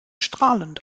strahlend